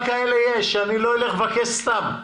אני לא אלך לבקש סתם.